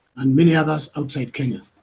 and many others, outside kenya